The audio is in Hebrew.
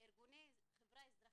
ארגוני החברה האזרחית,